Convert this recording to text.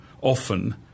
often